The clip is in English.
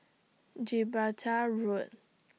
Gibraltar Road